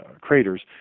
craters